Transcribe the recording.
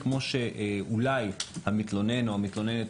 כמו שאולי המתלונן או המתלוננת